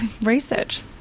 research